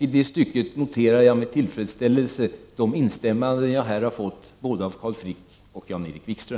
I det stycket noterar jag med tillfredsställelse de instämmanden som jag här har fått både av Carl Frick och av Jan-Erik Wikström.